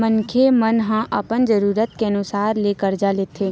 मनखे मन ह अपन जरूरत के अनुसार ले करजा लेथे